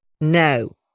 No